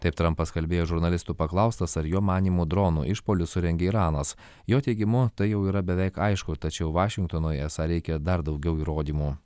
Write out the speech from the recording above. taip trampas kalbėjo žurnalistų paklaustas ar jo manymu dronų išpuolius surengė iranas jo teigimu tai jau yra beveik aišku tačiau vašingtonui esą reikia dar daugiau įrodymų